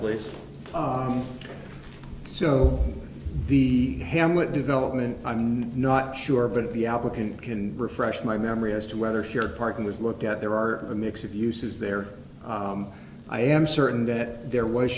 please so the hamlet development i'm not sure but the applicant can refresh my memory as to whether sure parking was looked at there are a mix of uses there i am certain that there was